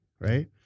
right